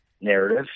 narrative